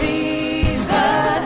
Jesus